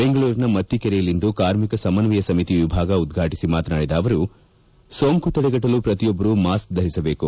ಬೆಂಗಳೂರಿನ ಮತ್ತಿಕೆರೆಯಲ್ಲಿಂದು ಕಾರ್ಮಿಕ ಸಮನ್ವಯ ಸಮಿತಿ ವಿಭಾಗ ಉದ್ಘಾಟಿಸಿ ಮಾತನಾಡಿದ ಅವರು ಸೋಂಕು ತಡೆಗಟ್ಟಲು ಪ್ರತಿಯೊಬ್ಬರು ಮಾಸ್ಕ್ ಧರಿಸಬೇಕು